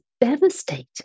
devastated